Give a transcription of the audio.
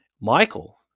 Michael